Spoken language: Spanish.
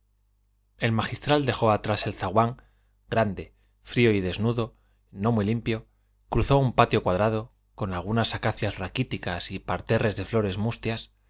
el magistral dejó atrás el zaguán grande frío y desnudo no muy limpio cruzó un patio cuadrado con algunas acacias raquíticas y parterres de flores mustias